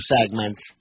segments